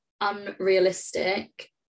unrealistic